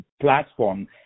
platform